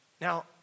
Now